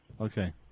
Okay